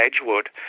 Edgewood